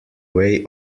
way